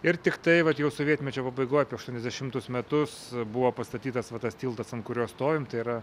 ir tiktai vat jau sovietmečio pabaigoj aštuoniasdešimtus metus buvo pastatytas va tas tiltas ant kurio stovim tai yra